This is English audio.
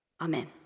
Amen